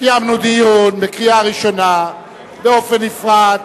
קיימנו דיון בקריאה ראשונה באופן נפרד